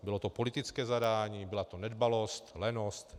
Bylo to politické zadání, byla to nedbalost, lenost?